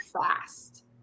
fast